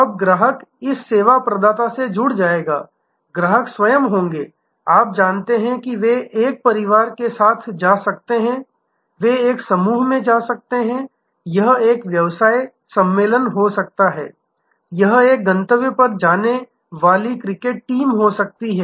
अब ग्राहक इस सेवा प्रदाता से जुड़ जाएगा ग्राहक स्वयं होंगे आप जानते हैं कि वे एक परिवार के साथ जा सकते हैं वे एक समूह में जा सकते हैं यह एक व्यवसाय सम्मेलन हो सकता है यह एक गंतव्य पर जाने वाली क्रिकेट टीम हो सकती है